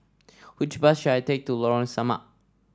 which bus should I take to Lorong Samak